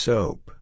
Soap